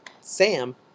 Sam